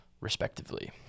respectively